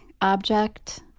object